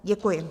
Děkuji.